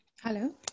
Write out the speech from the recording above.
Hello